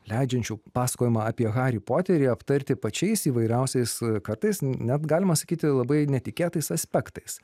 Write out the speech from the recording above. leidžiančių pasakojimą apie harį poterį aptarti pačiais įvairiausiais kartais net galima sakyti labai netikėtais aspektais